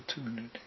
opportunity